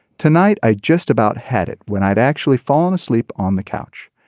tonight i just about had it when i'd actually fallen asleep on the couch.